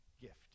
gift